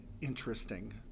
interesting